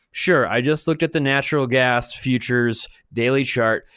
sure, i just looked at the natural gas futures daily chart,